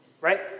right